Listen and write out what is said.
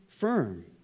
Firm